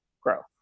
growth